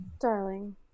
Darling